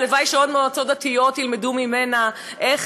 והלוואי שעוד מועצות דתיות ילמדו ממנה איך